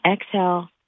exhale